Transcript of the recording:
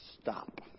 Stop